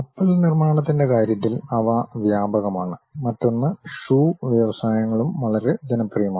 കപ്പൽ നിർമ്മാണത്തിന്റെ കാര്യത്തിൽ അവ വ്യാപകമാണ് മറ്റൊന്ന് ഷൂ വ്യവസായങ്ങളും വളരെ ജനപ്രിയമാണ്